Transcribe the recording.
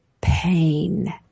pain